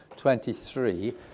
23